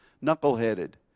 knuckle-headed